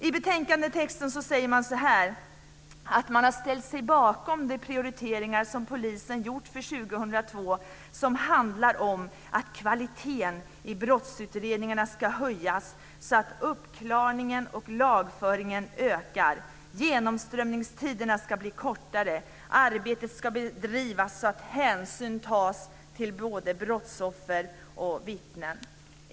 I betänkandetexten säger man att man har ställt sig bakom de prioriteringar som polisen har gjort för 2002 som handlar om att kvaliteten i brottsutredningarna ska höjas så att uppklaringen och lagföringen ökar. Genomströmningstiderna ska bli kortare. Arbetet ska bedrivas så att hänsyn tas till både brottsoffer och vittnen.